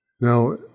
Now